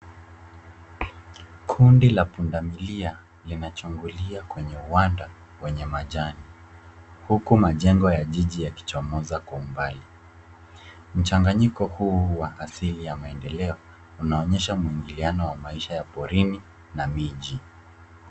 Kundi la pundamilia linachungulia kwenye uwanda wenye majani huku majengo ya jiji yakichomoza kwa umbali. Mchanganyiko huu wa asili ya maendeleo unaonyesha mwingiliano wa maisha ya porini na miji.